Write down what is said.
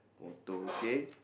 motto okay